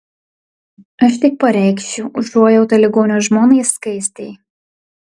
aš tik pareikšiu užuojautą ligonio žmonai skaistei